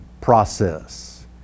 process